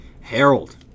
Harold